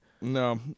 No